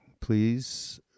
please